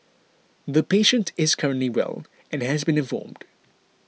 the patient is currently well and has been informed